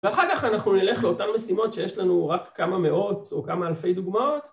ואחר כך אנחנו נלך לאותן משימות שיש לנו רק כמה מאות או כמה אלפי דוגמאות